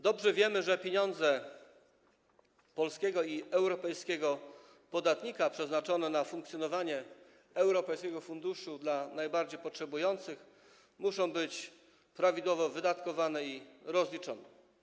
Dobrze wiemy, że pieniądze polskiego i europejskiego podatnika przeznaczone na funkcjonowanie Europejskiego Funduszu Pomocy Najbardziej Potrzebującym muszą być prawidłowo wydatkowane i rozliczone.